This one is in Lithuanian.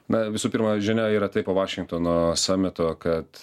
na visų pirma žinia yra tai po vašingtono sameto kad